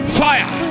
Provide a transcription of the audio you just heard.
fire